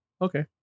Okay